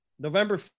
November